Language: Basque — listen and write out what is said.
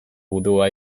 gudua